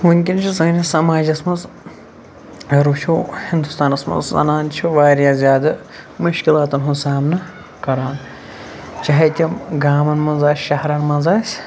وِنکٮ۪ن چھُ سٲنِس سَماجَس مَنٛز اَگَر وٕچھو ہِندُستانَس مَنٛز زَنان چھِ واریاہ زیادٕ مُشکِلاتَن ہُنٛد سامنہٕ کَران چاہے تِم گامَن مَنٛز آسہِ شَہرَن مَنٛز آسہِ